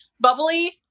bubbly